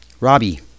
Robbie